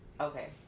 Okay